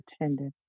attended